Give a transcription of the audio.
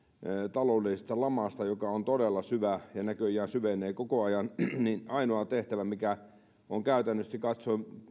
taloudellisesta lamasta joka on todella syvä ja näköjään syvenee koko ajan niin ainoa tehtävä mikä on käytännöllisesti katsoen